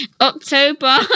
October